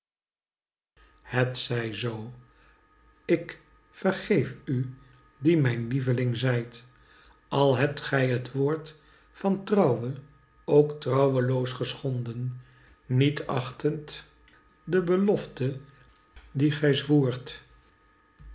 het zij zoo k vergeef u die mijn hefling zijt al hebt gij t woord van trouwe ook trouweloos geschonden niet achtend de belofte die